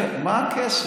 מה הקשר?